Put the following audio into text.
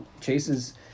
chases